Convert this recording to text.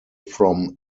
from